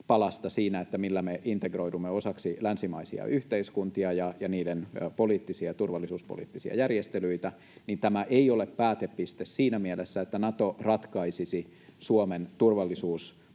palasta siinä, millä me integroidumme osaksi länsimaisia yhteiskuntia ja niiden turvallisuuspoliittisia järjestelyitä, niin tämä ei ole päätepiste siinä mielessä, että Nato ratkaisisi Suomen turvallisuuspoliittiset